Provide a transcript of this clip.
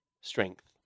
strength